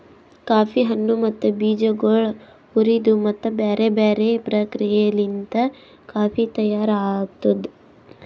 coffee ಹಣ್ಣು ಮತ್ತ ಬೀಜಗೊಳ್ ಹುರಿದು ಮತ್ತ ಬ್ಯಾರೆ ಬ್ಯಾರೆ ಪ್ರಕ್ರಿಯೆಲಿಂತ್ ಕಾಫಿ ತೈಯಾರ್ ಆತ್ತುದ್